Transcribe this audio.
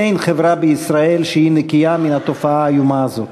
אין בישראל חברה שהיא נקייה מן התופעה האיומה הזאת.